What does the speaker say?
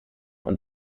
und